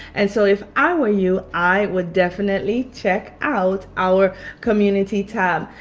and so if i were you i would definitely check out our community tab.